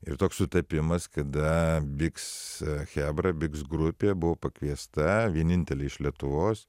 ir toks sutapimas kada bix chebra bix grupė buvo pakviesta vienintelė iš lietuvos